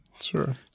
Sure